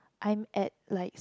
I am at likes